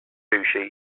sushi